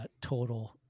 total